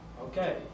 Okay